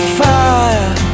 fire